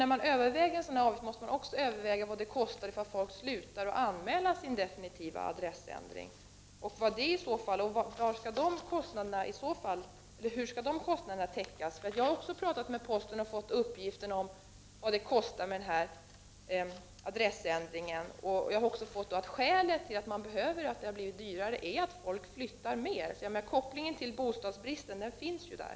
När man överväger en sådan här avgift måste man också överväga vad det kostar, om folk slutar att anmäla sin definitiva adressändring. Hur skall de kostna 39 derna täckas? Jag har talat med representanter för posten och fått uppgift om vad adressändringarna kostar. Skälet till att det har blivit dyrare är enligt vad som sägs att folk flyttar mer, så kopplingen till bostadsbristen finns ju där.